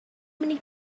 many